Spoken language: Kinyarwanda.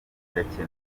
irakenewe